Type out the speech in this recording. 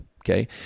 okay